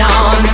on